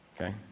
Okay